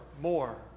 more